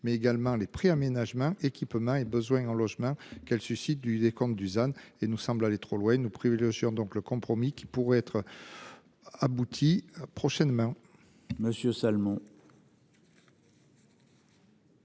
mais également les prix aménagement et qui peut m'a besoin en logements qu'elle suscite du décompte Dusan et nous semble aller trop loin et nous privilégions donc le compromis qui pourrait être. Abouti prochainement.